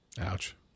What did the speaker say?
Ouch